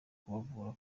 kubavura